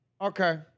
Okay